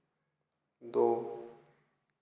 दो